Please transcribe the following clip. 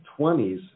20s